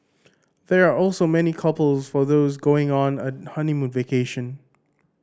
they are also many couples for those going on a honeymoon vacation